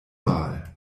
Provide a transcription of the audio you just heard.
mal